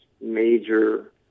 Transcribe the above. major